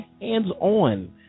hands-on